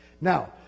Now